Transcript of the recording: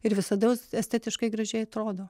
ir visados estetiškai gražiai atrodo